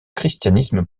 christianisme